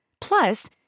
Plus